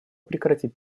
прекратить